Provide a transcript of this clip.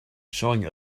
showing